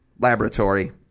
laboratory